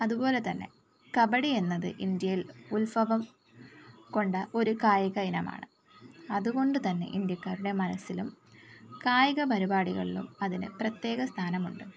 അതുപോലെ തന്നെ കബഡി എന്നത് ഇന്ത്യയിൽ ഉൽഭവം കൊണ്ട ഒരു കായിക ഇനമാണ് അതുകൊണ്ട് തന്നെ ഇന്ത്യക്കാരുടെ മനസിലും കായിക പരിപാടികളിലും അതിന് പ്രത്യേക സ്ഥാനമുണ്ട്